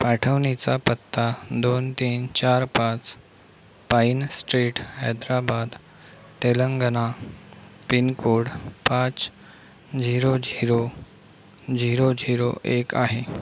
पाठवणीचा पत्ता दोन तीन चार पाच pine street Hyderabad Telangana pin code पाच झिरो झिरो झिरो झिरो एक आहे